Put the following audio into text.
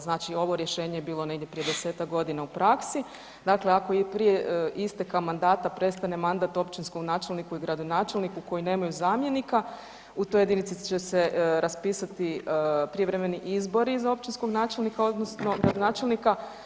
Znači, ovo je rješenje bilo negdje prije 10-tak godina u praksi, dakle ako i prije isteka mandata prestane mandat općinskom načelniku i gradonačelniku koji nemaju zamjenika u toj jedinici će se raspisati prijevremeni izbori za općinskog načelnika odnosno gradonačelnika.